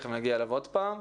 תיכף נגיע אליו עוד פעם.